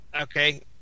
okay